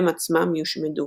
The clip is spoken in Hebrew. הם עצמם יושמדו".